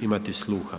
imati sluha.